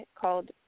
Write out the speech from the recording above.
called